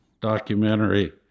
documentary